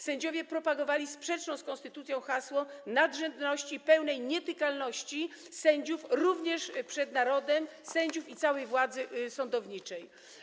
Sędziowie propagowali sprzeczne z konstytucją hasło nadrzędności, pełnej nietykalności sędziów, również przed narodem, sędziów i całej władzy sądowniczej.